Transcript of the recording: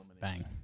Bang